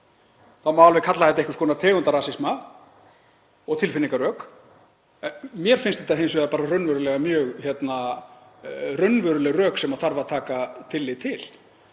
Þá má alveg kalla þetta einhvers konar tegundarasisma og tilfinningarök. Mér finnst þetta hins vegar mjög raunveruleg rök sem þarf að taka tillit til.